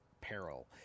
peril